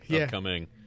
upcoming